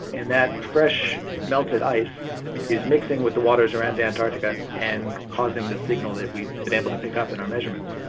and that fresh melted ice is mixing with the waters around antarctica and causing the signal that we've been able to pick up in our measurements.